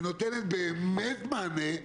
ונותנת באמת מענה,